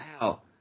Wow